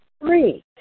three